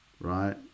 Right